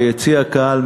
ביציע הקהל,